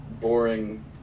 boring